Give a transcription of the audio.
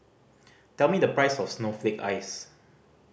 tell me the price of snowflake ice